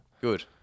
good